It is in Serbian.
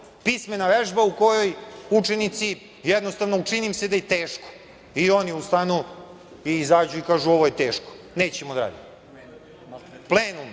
Pismena vežba u kojoj učenici jednostavno učini im se da je teško i oni ustanu i izađu i kažu - ovo je teško, nećemo da radimo, plenum